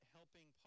Helping